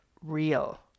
real